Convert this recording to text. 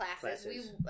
Classes